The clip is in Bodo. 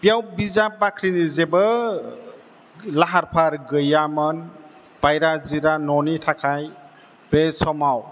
बेयाव बिजाब बाख्रिनि जेबो लाहार फाहार गैयामोन बायरा जिरा न'नि थाखाय बे समाव